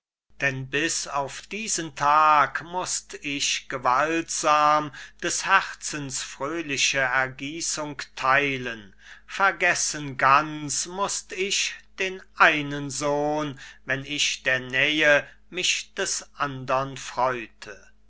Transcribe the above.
denn bis auf diesen tag mußt ich gewaltsam des herzens fröhliche ergießung theilen vergessen ganz mußt ich den einen sohn wenn ich der nähe mich des andern freute